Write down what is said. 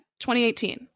2018